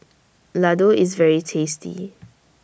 Laddu IS very tasty